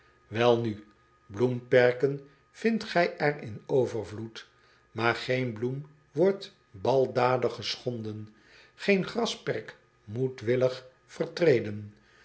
elnu bloemperken vindt gij er in overvloed maar geen bloem wordt baldadig geschonden geen grasperk moedwillig vertreden